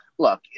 Look